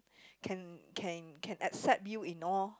can can can accept you in all